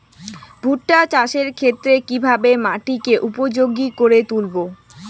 ভুট্টা চাষের ক্ষেত্রে কিভাবে মাটিকে উপযোগী করে তুলবো?